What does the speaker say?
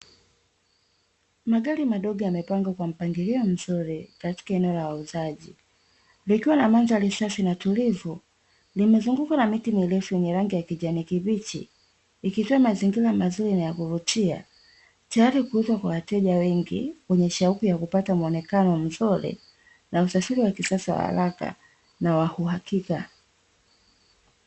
Magari madogo yamepangwa kwa mpangilio mzuri katika eneo la uuzaji likiwa na mandhari safi na tulivu yaliyo zunguukwa na miti mirefu ya kijani kibichi, ikitoa mazingira mazuri na ya kuvutia tayari kwa kuuzwa kwa wateja wengi wenye shauku ya kupata muonekano mzuri na usafiri wa kisasa na haraka na wauhakika.